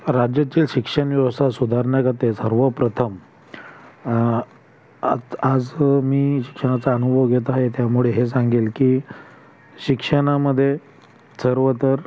राज्याची शिक्षण व्यवस्था सुधारण्यागते सर्वप्रथम आत आज मी शिक्षणाचा अनुभव घेत आहे त्यामुळे सांगेल की शिक्षणामध्ये सर्वतर